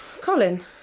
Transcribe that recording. Colin